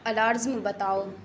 الارزم بتاؤ